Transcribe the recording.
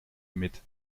mit